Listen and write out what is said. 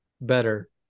better